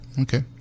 okay